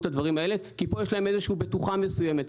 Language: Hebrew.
הדברים האלה כי פה יש להם איזה שהיא בטוחה מסוימת.